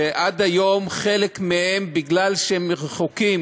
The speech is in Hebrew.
שעד היום חלק מהם, משום שהם רחוקים